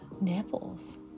nipples